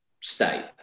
state